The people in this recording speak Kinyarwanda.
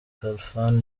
khalfan